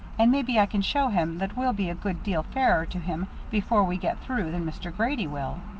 and maybe i can show him that we'll be a good deal fairer to him before we get through than mr. grady will.